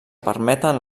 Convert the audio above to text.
permeten